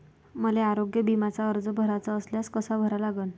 मले आरोग्य बिम्याचा अर्ज भराचा असल्यास कसा भरा लागन?